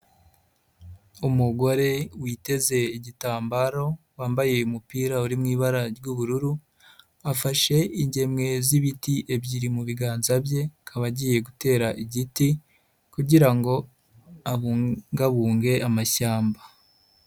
Umugore witeze igitambaro wambaye umupira uri mu ibara ry'ubururu afashe ingemwe z'ibiti ebyiri mu biganza bye akaba agiye gutera igiti kugira ngo abungabunge amashyamba.